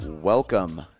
Welcome